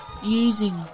using